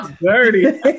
dirty